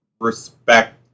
respect